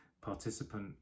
participant